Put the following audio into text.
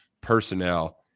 personnel